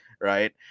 right